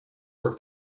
work